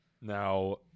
Now